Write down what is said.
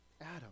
Adam